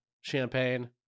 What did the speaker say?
champagne